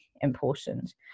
important